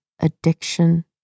addiction